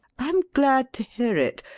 i am glad to hear it.